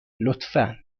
لطفا